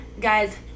guys